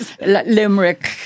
Limerick